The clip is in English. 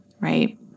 right